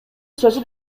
сөзү